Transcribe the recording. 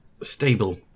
stable